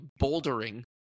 bouldering